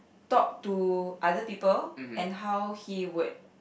talk to other people and how he would